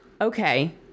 okay